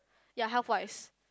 ya health wise